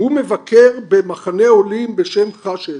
הוא מבקר במחנה עולים בשם חאשד,